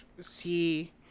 see